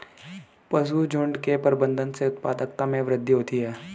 पशुझुण्ड के प्रबंधन से उत्पादकता में वृद्धि होती है